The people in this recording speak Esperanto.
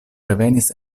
revenis